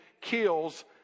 kills